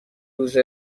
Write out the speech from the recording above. روز